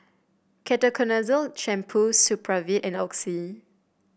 Ketoconazole Shampoo Supravit and Oxy